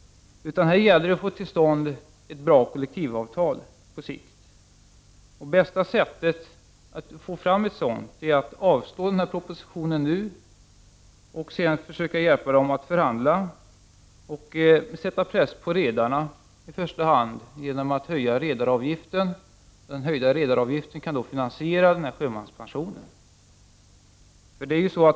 Här gäller det att få till stånd ett bra kollektivavtal på sikt, och det bästa sättet att få fram ett sådant är att nu avslå den här propositionen, försöka hjälpa sjöfolket att förhandla och sätta press på redarna, i första hand genom att höja redaravgiften. En höjd redaravgift kan finansiera sjömanspensionen.